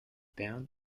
bern